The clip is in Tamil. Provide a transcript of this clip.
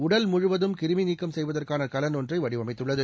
உடல் முழுவதும் கிருமி நீக்கம் செய்வதற்கான கலன் ஒன்றை வடிவமைத்துள்ளது